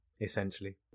essentially